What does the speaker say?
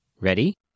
Ready